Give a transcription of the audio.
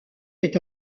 est